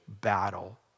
battle